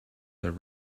their